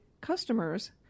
customers